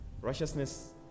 Righteousness